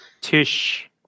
Tish